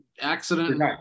accident